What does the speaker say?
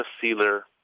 sealer